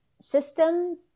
system